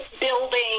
building